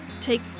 Take